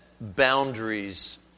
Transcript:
boundaries